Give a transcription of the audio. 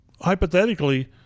hypothetically